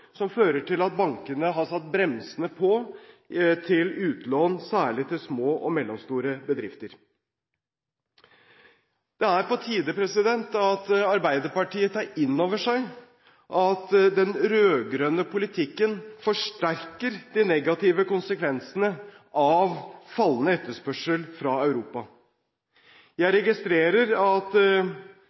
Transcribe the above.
som fører til at bankene har satt bremsene på til utlån, særlig til små og mellomstore bedrifter. Det er på tide at Arbeiderpartiet tar inn over seg at den rød-grønne politikken forsterker de negative konsekvensene av fallende etterspørsel fra Europa. Jeg registrerer at